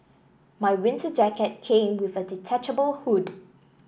my winter jacket came with a detachable hood